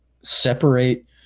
separate